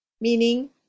meaning